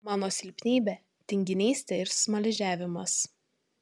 mano silpnybė tinginystė ir smaližiavimas